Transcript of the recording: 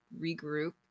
regroup